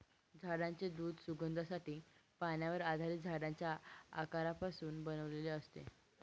झाडांचे दूध सुगंधासाठी, पाण्यावर आधारित झाडांच्या अर्कापासून बनवलेले असते